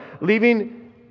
leaving